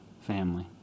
family